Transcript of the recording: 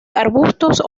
arbustos